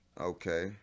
okay